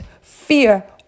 fear